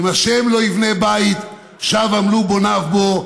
אם ה' לא יבנה בית שוא עמלו בוניו בו.